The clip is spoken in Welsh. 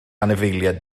anifeiliaid